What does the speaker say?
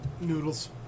Noodles